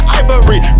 ivory